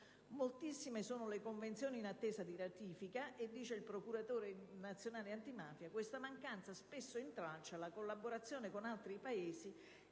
Moltissime sono le convenzioni in attesa di ratifica. Secondo il procuratore nazionale antimafia, «questa mancanza spesso intralcia la collaborazione con altri Paesi,